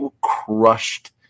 crushed